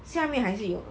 下面还是有